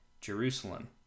Jerusalem